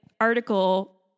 article